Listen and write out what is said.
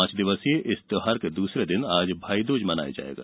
पांच दिवसीय इस त्यौहार के दूसरे दिन आज भाईदूज मनाया जायेगा